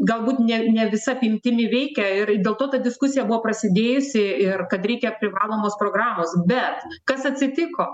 galbūt ne ne visa apimtimi veikia ir dėl to ta diskusija buvo prasidėjusi ir kad reikia privalomos programos bet kas atsitiko